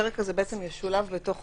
דיברנו על